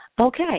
Okay